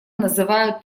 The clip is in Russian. называют